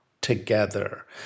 together